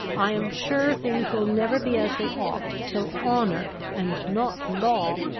i am sure things will never be as they ought, till honour, and not law,